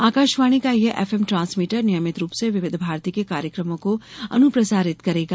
आकाशवाणी का यह FM transmitter नियमित रूप से विविध भारती के कार्यक्रमों को अनुप्रसारित करेगा